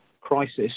crisis